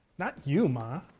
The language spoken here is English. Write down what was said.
not you, ma.